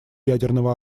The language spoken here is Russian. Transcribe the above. ядерного